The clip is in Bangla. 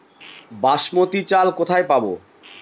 বাসমতী চাল কোথায় পাবো?